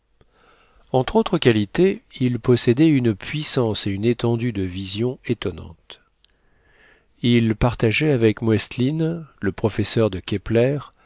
entre autres qualités il possédait une puissance et une étendue de vision étonnantes il partageait avec moestlin le professeur de képler